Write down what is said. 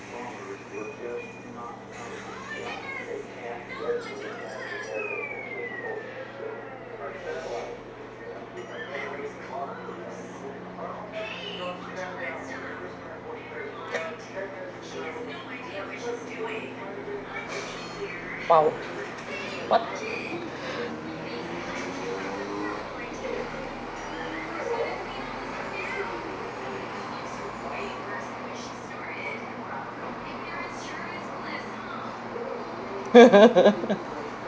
!wow!